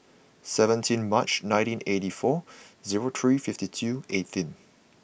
seventeen March nineteen eighty four zero three fifty two eighteenth